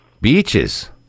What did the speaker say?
beaches